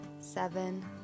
seven